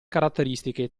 caratteristiche